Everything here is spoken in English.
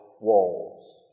walls